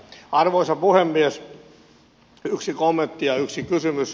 yksi kommentti ja yksi kysymys